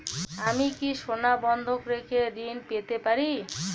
আমি কি সোনা বন্ধক রেখে ঋণ পেতে পারি?